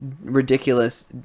ridiculous